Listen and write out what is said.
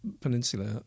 Peninsula